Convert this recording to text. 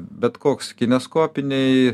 bet koks kineskopiniai